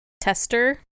tester